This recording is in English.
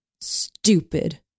Stupid